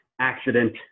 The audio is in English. accident